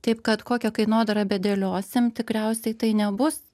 taip kad kokią kainodarą bedėliosim tikriausiai tai nebus